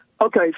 Okay